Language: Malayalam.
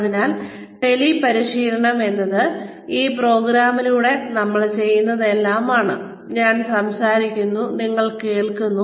അതിനാൽ ടെലി പരിശീലനം എന്നത് ഈ പ്രോഗ്രാമിലൂടെ നമ്മൾ ചെയ്യുന്നതെല്ലാമാണ് ഞാൻ സംസാരിക്കുന്നു നിങ്ങൾ കേൾക്കുന്നു